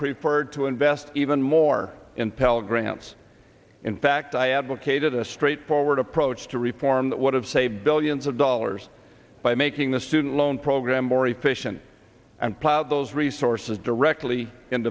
preferred to invest even more in pell grants in fact i advocated a straightforward approach to reform that would have saved billions of dollars by making the student loan program more efficient and plow those resources directly in